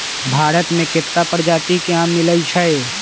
भारत मे केत्ता परजाति के आम मिलई छई